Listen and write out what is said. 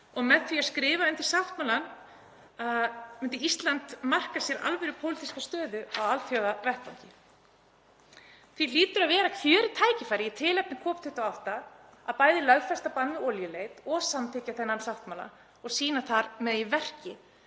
og með því að skrifa undir sáttmálann myndi Ísland marka sér alvöru pólitíska stöðu á alþjóðavettvangi. Því hlýtur að vera kjörið tækifæri í tilefni COP28 að bæði lögfesta bann við olíuleit og samþykkja þennan sáttmála og sýna þar með í verki